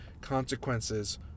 consequences